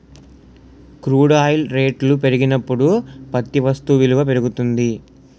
crude oil రేట్లు పెరిగినప్పుడు ప్రతి వస్తు విలువ పెరుగుతుంది